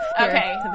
Okay